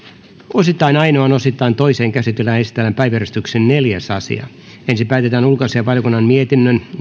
osittain ainoaan osittain toiseen käsittelyyn esitellään päiväjärjestyksen neljäs asia ensin päätetään ulkoasiainvaliokunnan mietinnön